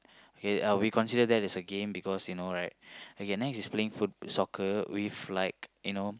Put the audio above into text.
okay we consider that as a game because you know right okay next is playing foot soccer with like you know